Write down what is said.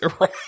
right